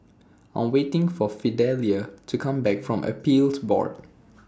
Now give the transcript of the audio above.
I Am waiting For Fidelia to Come Back from Appeals Board